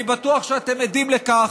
אני בטוח שאתם עדים לכך,